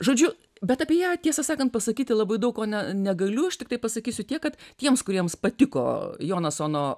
žodžiu bet apie ją tiesą sakant pasakyti labai daug ko ne negaliu aš tiktai pasakysiu tiek kad tiems kuriems patiko jonasono